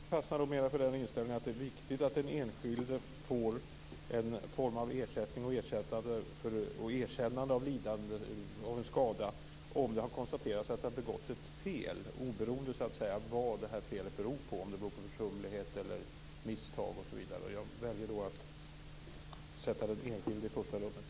Fru talman! Jag fastnar nog mera för den inställningen att det är viktigt att den enskilde får en form av ersättning och erkännande av lidande av skada om det har konstaterats att det har begåtts ett fel, oberoende av vad det här felet beror på. Det kan bero på försumlighet, misstag osv. Jag väljer då att sätta den enskilde i första rummet.